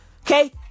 Okay